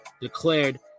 declared